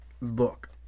look